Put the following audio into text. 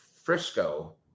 Frisco